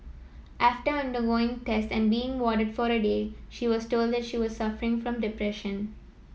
after undergoing tests and being warded for a day she was told that she was suffering from depression